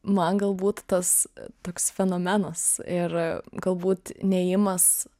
man galbūt tas toks fenomenas ir galbūt nėjimas